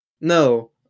No